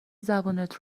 زبونت